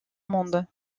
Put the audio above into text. monde